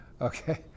okay